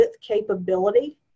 capability